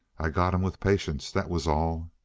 i got him with patience. that was all.